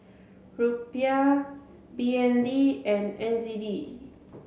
Rupiah B N D and N Z D